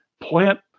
plant